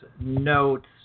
notes